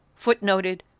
footnoted